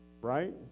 Right